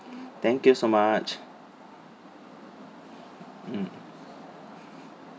thank you so much mm